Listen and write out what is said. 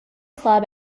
club